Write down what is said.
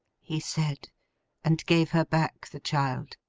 he said and gave her back the child.